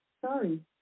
Sorry